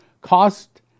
cost